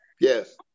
Yes